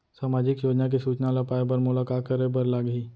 सामाजिक योजना के सूचना ल पाए बर मोला का करे बर लागही?